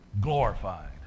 glorified